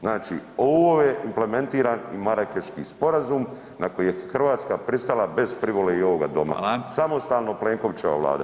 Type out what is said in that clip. Znači ovo je implementiran i Marakeški sporazum na koji je Hrvatska pristala bez privole i ovoga doma, [[Upadica: Hvala]] samostalno Plenkovićeva vlada.